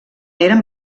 eren